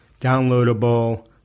downloadable